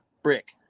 brick